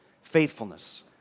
faithfulness